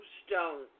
stone